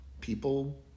People